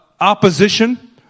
opposition